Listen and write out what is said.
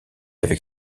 avec